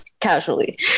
casually